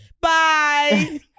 Bye